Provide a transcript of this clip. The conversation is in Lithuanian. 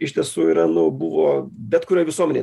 iš tiesų yra nu buvo bet kurioj visuomenįj